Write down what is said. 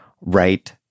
right